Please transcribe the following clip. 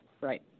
right